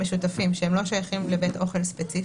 מתחמי הישיבה המשותפים שהם לא שייכים לבית אוכל ספציפי.